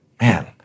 man